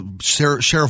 Sheriff